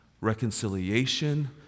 Reconciliation